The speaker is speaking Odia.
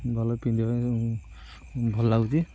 ଭଲ ପିନ୍ଧିବା ଭଲ ଲାଗୁଛି